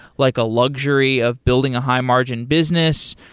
like a luxury of building a high-margin business?